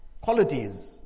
qualities